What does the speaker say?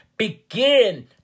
Begin